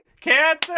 Cancer